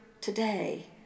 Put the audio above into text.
today